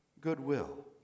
goodwill